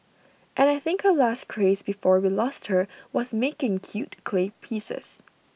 and I think her last craze before we lost her was making cute clay pieces